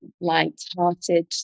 light-hearted